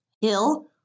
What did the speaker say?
Hill